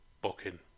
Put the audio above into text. booking